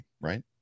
right